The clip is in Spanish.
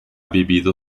vivido